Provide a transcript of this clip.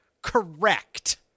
Correct